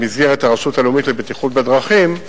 במסגרת הרשות הלאומית לבטיחות בדרכים,